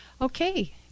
Okay